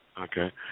Okay